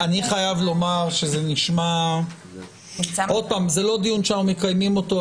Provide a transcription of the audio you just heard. זה לא דיון שאנחנו מקיימים אותו,